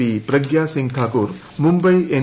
P Pragya Singh Thakur Mumbai N